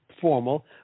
formal